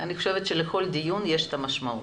אני חושבת שלכל דיון יש משמעות.